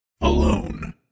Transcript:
alone